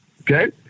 Okay